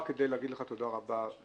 רק כדי להגיד לך תודה רבה,